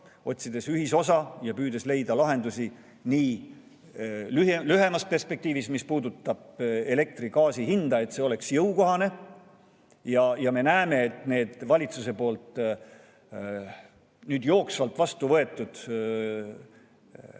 otsides ühisosa ja püüdes leida lahendusi lühemas perspektiivis, mis puudutab elektri ja gaasi hinda, et see oleks [inimestele] jõukohane. Me näeme, et need valitsuse poolt jooksvalt vastu võetud kaks